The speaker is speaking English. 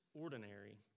ordinary